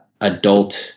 adult